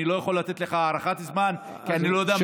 אני לא יכול לתת לך הערכת זמן כי אני לא יודע מתי.